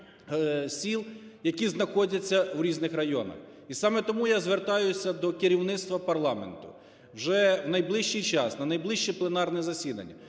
сіл, які знаходяться у різних районах. І саме тому я звертаюся до керівництва парламенту. Вже в найближчий час на найближче пленарне засідання